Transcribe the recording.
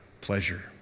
pleasure